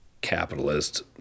capitalist